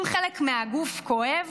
אם חלק מהגוף כואב